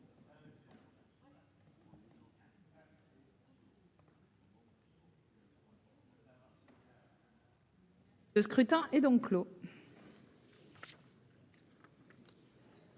Le scrutin est donc clos.--